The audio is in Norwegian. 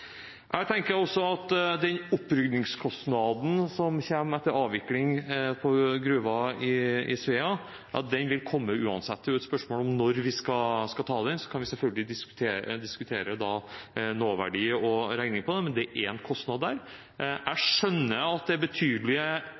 Jeg tenker også at oppryddingskostnaden etter avvikling av gruven i Svea vil komme uansett. Det er et spørsmål om når vi skal ta den. Vi kan selvfølgelig diskutere nåverdi og regningen på det, men det ligger en kostnad der. Jeg skjønner at det er